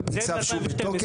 על פי צו שהוא בתוקף,